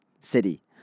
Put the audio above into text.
city